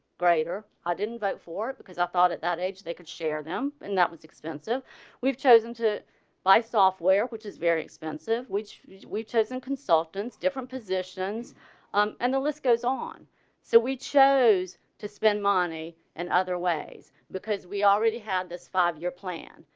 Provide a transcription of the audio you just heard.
greater, i didn't vote for it because i thought at that age they could share them and that was expensive we've chosen to life software which is very expensive, which we've chosen consultant different positions, um and the list goes on so we chose to spend money in and other ways because we already had this five. your plan.